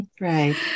right